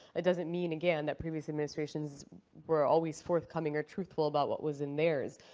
it doesn't mean again that previous administrations were always forthcoming or truthful about what was in theirs.